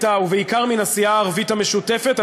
ובעיקר מן הסיעה הערבית המשותפת,